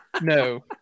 no